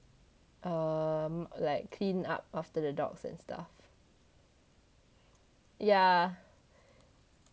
um like clean up after the dogs and stuff yeah